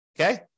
okay